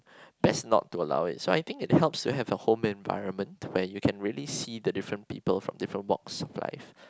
best not to allow it so I think it helps to have a home environment where you can really see the different people from different walks of life